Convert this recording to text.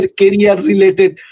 career-related